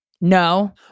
no